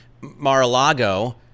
Mar-a-Lago